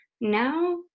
now